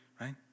right